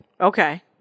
Okay